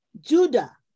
Judah